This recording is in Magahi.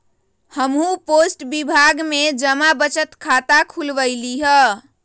हम्हू पोस्ट विभाग में जमा बचत खता खुलवइली ह